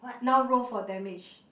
now roll for damage